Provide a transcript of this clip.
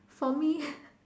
for me